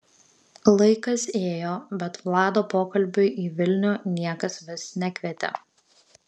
laikas ėjo bet vlado pokalbiui į vilnių niekas vis nekvietė